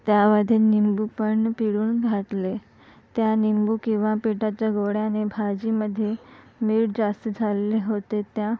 त्यामध्ये निंबू पण पिळून घातले त्या निंबू किंवा पिठाच्या गोळ्याने भाजीमध्ये मीठ जास्त झाले होते त्या